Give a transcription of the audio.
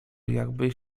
jakby